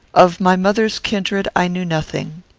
of my mother's kindred i knew nothing.